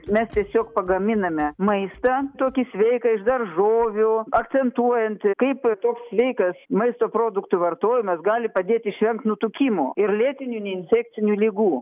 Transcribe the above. mes tiesiog pagaminame maistą tokį sveiką iš daržovių akcentuojant kaip toks sveikas maisto produktų vartojimas gali padėti išvengt nutukimo ir lėtinių neinfekcinių ligų